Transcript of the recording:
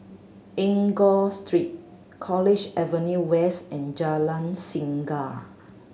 Enggor Street College Avenue West and Jalan Singa